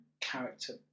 character